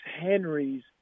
Henry's